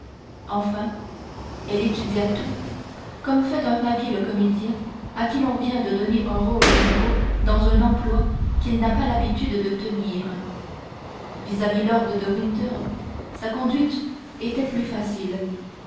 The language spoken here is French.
enfin elle étudia tout comme fait un habile comédien à qui l'on vient de donner un rôle nouveau dans un emploi qu'il n'a pas l'habitude de tenir vis-à-vis de lord de winter sa conduite était plus facile